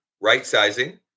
right-sizing